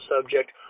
subject